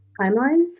timelines